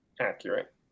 Accurate